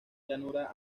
llanura